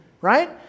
right